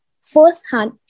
first-hand